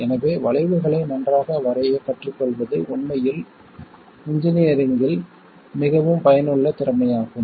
எனவே வளைவுகளை நன்றாக வரையக் கற்றுக்கொள்வது உண்மையில் இன்ஜினீயரிங்கில் மிகவும் பயனுள்ள திறமையாகும்